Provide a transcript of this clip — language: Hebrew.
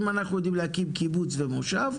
אם אנחנו יודעים להקים קיבוץ ומושב,